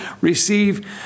receive